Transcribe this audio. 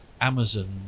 amazon